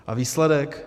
A výsledek?